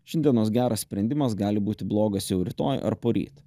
šiandienos geras sprendimas gali būti blogas jau rytoj ar poryt